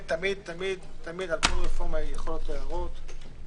ועל כל רפורמה יכולות להיות הערות.